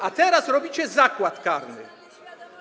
A teraz robicie zakład karny.